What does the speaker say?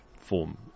form